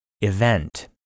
Event